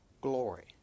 glory